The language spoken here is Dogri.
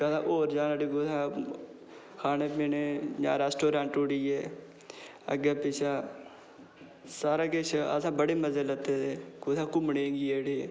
असें कदें होर जाना उठी कुदै खाने पीने गी जां रैस्टोरैंट उठियै अग्गें पिच्छें सारा किश असें बड़े मज़े लैते दे कुदै घुम्मने गी गेई उठे